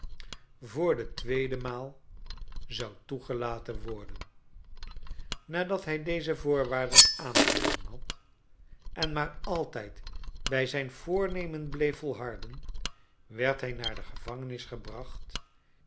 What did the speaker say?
voor washington de tweede maal zou toegelaten worden nadat hij deze voorwaarden aangenomen had en maar altijd bij zijn voornemen bleef volharden werd hi naar de gevangenis gebracht